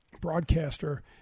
broadcaster